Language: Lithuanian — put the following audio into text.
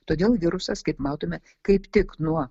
todėl virusas kaip matome kaip tik nuo